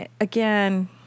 again